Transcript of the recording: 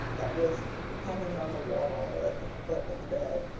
that was hanging on the wall at the foot of the bed.